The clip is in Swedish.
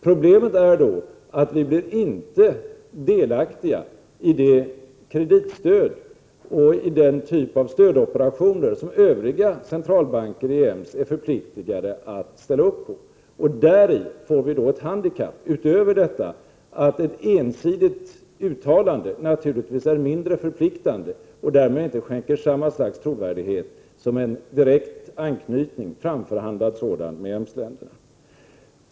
Problemet är då att vi inte blir delaktiga av det kreditstöd och av den typ av stödoperationer som centralbankerna i EMS är förpliktade att ställa upp på. Därmed får vi ett handikapp förutom detta att ett ensidigt uttalande naturligtvis är mindre förpliktande. Det skänker inte samma trovärdighet som en framförhandlad direktanknytning till EMS-länderna.